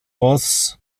vos